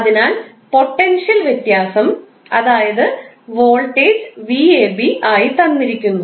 അതിനാൽ പൊട്ടൻഷ്യൽ വ്യത്യാസം അതായത് വോൾട്ടേജ് 𝑣𝑎𝑏 ആയി തന്നിരിക്കുന്നു